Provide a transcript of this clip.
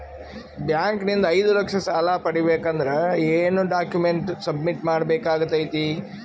Bank ನಿಂದ ಐದು ಲಕ್ಷ ಸಾಲ ಪಡಿಬೇಕು ಅಂದ್ರ ಏನ ಡಾಕ್ಯುಮೆಂಟ್ ಸಬ್ಮಿಟ್ ಮಾಡ ಬೇಕಾಗತೈತಿ?